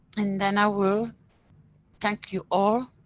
and then i will thank you all,